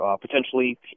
potentially